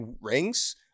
rings